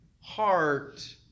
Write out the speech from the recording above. heart